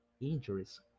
injuries